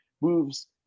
moves